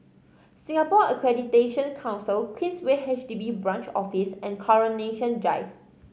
Singapore Accreditation Council Queensway H D B Branch Office and Coronation Drive